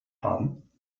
haben